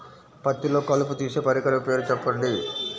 పత్తిలో కలుపు తీసే పరికరము పేరు చెప్పండి